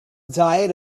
diet